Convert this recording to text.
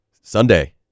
Sunday